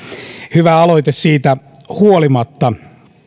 hyvä aloite siitä huolimatta